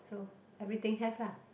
so everything have lah